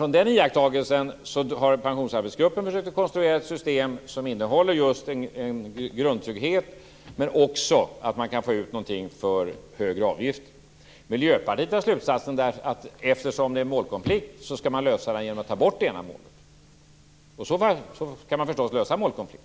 Från den iakttagelsen har pensionsarbetsgruppen försökt konstruera ett system som innehåller en grundtrygghet men också att man kan få ut någonting för högre avgifter. Miljöpartiet drar slutsatsen att eftersom det finns en målkonflikt skall man lösa den genom att ta bort det ena målet. Så kan man förstås lösa en målkonflikt.